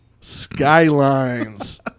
Skylines